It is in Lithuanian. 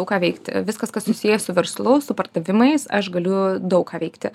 nu ką veikti viskas kas susiję su verslu su pardavimais aš galiu daug ką veikti